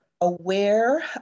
aware